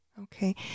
Okay